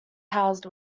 housed